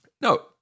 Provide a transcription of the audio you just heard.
No